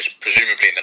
presumably